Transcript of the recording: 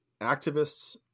activists